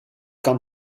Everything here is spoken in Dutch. kan